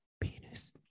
penis